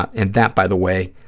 and that, by the way,